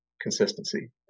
consistency